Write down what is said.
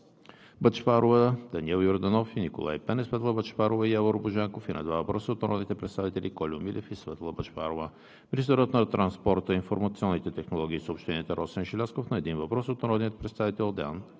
Бъчварова, Даниел Йорданов и Николай Пенев; Светла Бъчварова; и Явор Божанков; и на два въпроса от народните представители Кольо Милев; и Светла Бъчварова; - министърът на транспорта, информационните технологии и съобщенията Росен Желязков – на един въпрос от народния представител Деан Станчев;